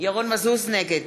נגד